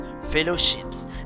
fellowships